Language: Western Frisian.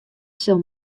sille